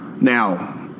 Now